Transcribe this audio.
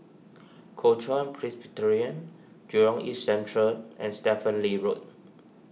Kuo Chuan Jurong East Central and Stephen Lee Road